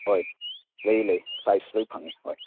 ꯍꯣꯏ ꯂꯩ ꯂꯩ ꯁꯥꯏꯖ ꯂꯣꯏ ꯐꯪꯉꯦ ꯍꯣꯏ